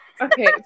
Okay